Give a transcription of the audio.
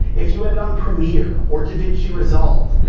if you edit on premiere or davinci resolve,